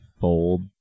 fold